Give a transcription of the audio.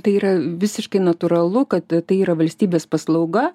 tai yra visiškai natūralu kad tai yra valstybės paslauga